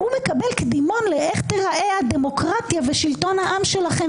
הוא מקבל קדימון איך תיראה הממשלה ושלטון העם שלכם,